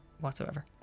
whatsoever